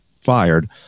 fired